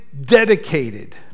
dedicated